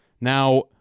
Now